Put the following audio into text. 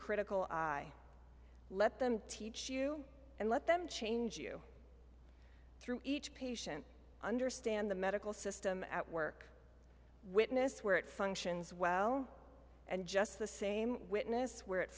critical eye let them teach you and let them change you through each patient understand the medical system at work witness where it functions well and just the same witness where it